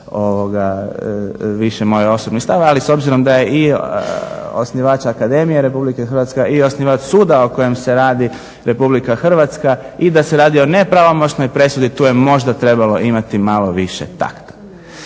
više moj osobni stav. Ali s obzirom da je i osnivač akademije RH i osnivač suda o kojem se radi RH i da se radi o nepravomoćnoj presudi tu je možda trebalo imati malo više takta.